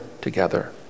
together